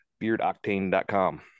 beardoctane.com